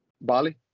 bali